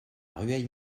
rueil